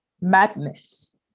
madness